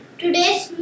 today's